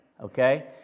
okay